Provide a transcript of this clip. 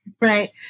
right